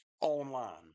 online